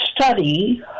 study